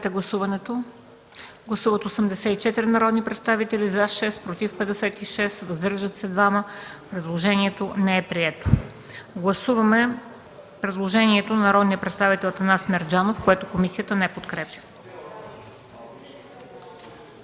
не подкрепя. Гласували 84 народни представители: за 10, против 52, въздържали се 22. Предложението не е прието. Гласуваме предложението на народния представител Атанас Мерджанов, което комисията не подкрепя.